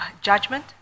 judgment